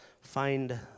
find